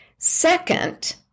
Second